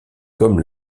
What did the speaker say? comme